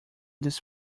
this